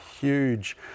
huge